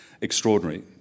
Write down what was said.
extraordinary